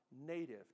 native